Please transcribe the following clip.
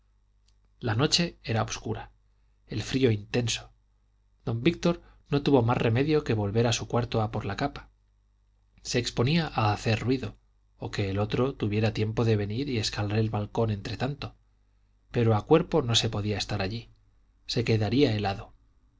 la noche era obscura el frío intenso don víctor no tuvo más remedio que volver a su cuarto por la capa se exponía a hacer ruido o que el otro tuviera tiempo de venir y escalar el balcón entre tanto pero a cuerpo no se podía estar allí se quedaría helado